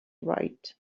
right